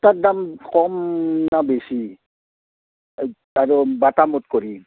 তাত দাম কম ন বেছি আৰু বাটামত কৰি